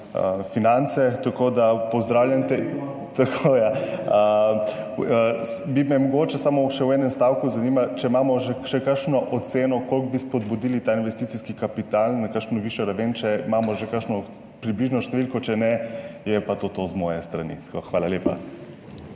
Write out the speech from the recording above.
finance, tako da pozdravljam te …/ oglašanje iz ozadja/ Tako, ja. Mogoče bi me samo še v enem stavku zanimalo, ali imamo še kakšno oceno, koliko bi spodbudili ta investicijski kapital na kakšno višjo raven. Če imamo že kakšno približno številko, če ne, je pa to to z moje strani. Hvala lepa.